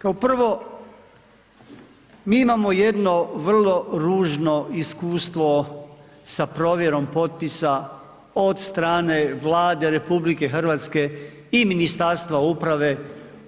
Kao prvo mi imamo jedno vrlo ružno iskustvo sa provjerom potpisa od strane Vlade RH i Ministarstva uprave